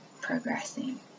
progressing